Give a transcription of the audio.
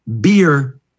beer